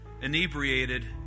inebriated